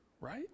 right